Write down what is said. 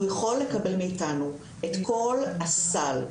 הוא יכול לקבל מאיתנו את כל הסל,